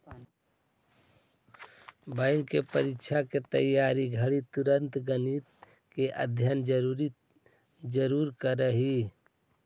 bank के परीक्षा के तइयारी घड़ी तु गणित के अभ्यास जरूर करीह